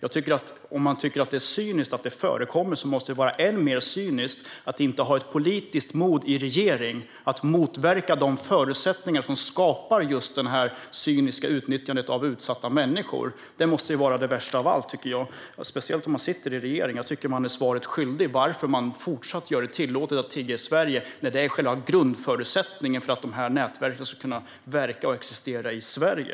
Om man tycker att det är cyniskt att det förekommer måste det vara än mer cyniskt att inte ha politiskt mod att i regering motverka de förutsättningar som skapar just detta cyniska utnyttjande av utsatta människor. Det måste vara det värsta av allt, tycker jag, särskilt om man sitter i regering. Jag tycker att man är svaret skyldig varför man fortsätter göra det tillåtet att tigga i Sverige, när det är själva grundförutsättningen för att de här nätverken ska kunna existera och verka i Sverige.